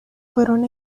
fueron